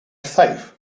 faith